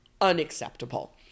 unacceptable